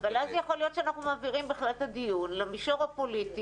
אבל אז יכול להיות שאנחנו מעבירים בכלל את הדיון למישור הפוליטי,